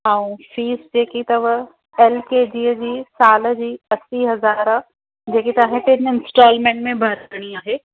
ऐं फीस जेकी तव एलकेजीअ जी साल जी असी हज़ार जेकी तव्हांखे टिनि इंस्टॉलमेंट में भरणी आहे